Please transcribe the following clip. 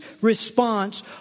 response